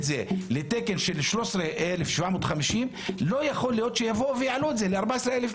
זה לתקן של 13,750. לא יכול להיות שיבואו ויעלו את זה ל-14,100.